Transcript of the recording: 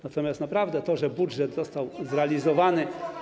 Natomiast naprawdę to, że budżet został zrealizowany.